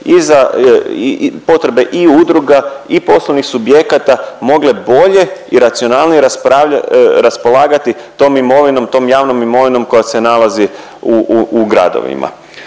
i za, potrebe i udruga i poslovnih subjekata mogle bolje i racionalnije raspolagati tom imovinom, tom javnom imovinom koja se nalazi u, u, u gradovima.